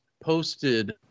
posted